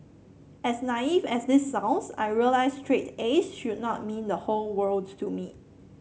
as naive as this sounds I realised straight A S should not mean the whole world to me